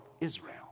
Israel